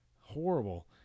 Horrible